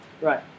Right